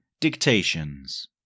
Dictations